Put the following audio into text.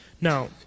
Now